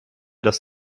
dass